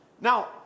Now